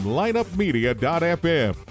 lineupmedia.fm